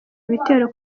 ibitero